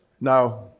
Now